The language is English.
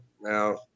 Now